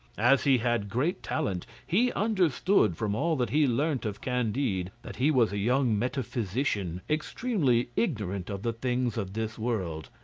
as he had great talent, he understood from all that he learnt of candide that he was a young metaphysician, extremely ignorant of the things of this world,